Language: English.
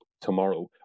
tomorrow